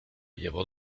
llevó